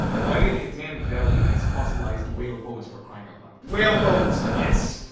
wadi al-hitan valley has fossilised whale bones, for crying out loud. whale bones. yes.